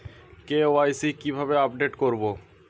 KYC কিভাবে update করব?